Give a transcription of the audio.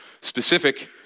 specific